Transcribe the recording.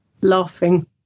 laughing